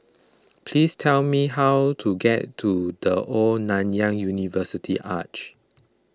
please tell me how to get to the Old Nanyang University Arch